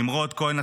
נמרוד כהן,